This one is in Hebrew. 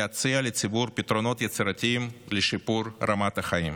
להציע לציבור פתרונות יצירתיים לשיפור רמת החיים.